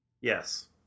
Yes